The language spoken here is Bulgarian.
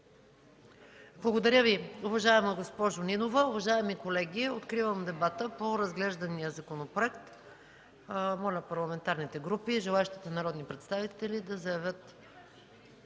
Благодаря Ви, уважаема госпожо Нинова. Уважаеми колеги, откривам дебата по разглеждания законопроект. Моля парламентарните групи и желаещите народни представители да заявят